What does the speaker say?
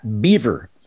Beaver